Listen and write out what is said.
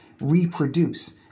reproduce